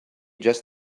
just